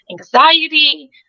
anxiety